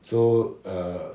so err